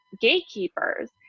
gatekeepers